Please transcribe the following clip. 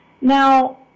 Now